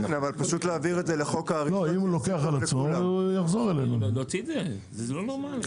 אם הוא לוקח על עצמו, זה יחזור אלינו.